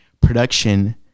production